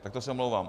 Tak to se omlouvám.